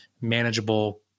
manageable